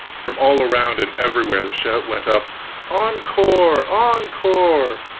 from all around and everywhere, the shout went up encore! encore!